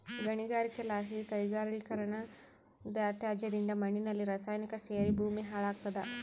ಗಣಿಗಾರಿಕೆಲಾಸಿ ಕೈಗಾರಿಕೀಕರಣದತ್ಯಾಜ್ಯದಿಂದ ಮಣ್ಣಿನಲ್ಲಿ ರಾಸಾಯನಿಕ ಸೇರಿ ಭೂಮಿ ಹಾಳಾಗ್ತಾದ